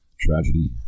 tragedy